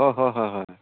অঁ হয় হয় হয় হয়